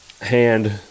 hand